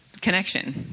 connection